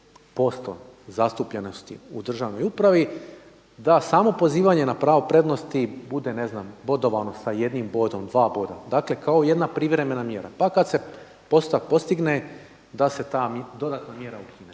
4,5% zastupljenosti u državnoj upravi da samo pozivanje na pravo prednosti bude ne znam bodovano sa jednim bodom, dva boda, dakle kao jedna privremena mjera. Pa kada se …/Govornik se ne razumije./… da se ta, dodatna mjera ukine.